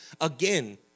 again